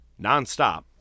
nonstop